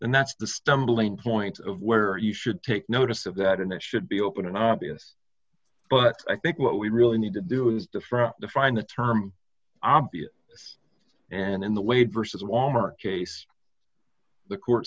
and that's the stumbling point of where you should take notice of that and it should be open and obvious but i think what we really need to do is to from the find the term obvious and in the way versus walmer case the court